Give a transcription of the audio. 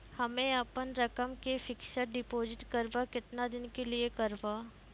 हम्मे अपन रकम के फिक्स्ड डिपोजिट करबऽ केतना दिन के लिए करबऽ?